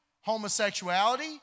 homosexuality